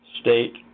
state